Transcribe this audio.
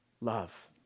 love